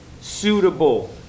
suitable